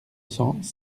cents